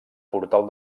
portal